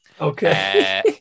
Okay